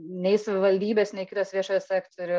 nei savivaldybės nei kitas viešasis sektoriu